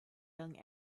young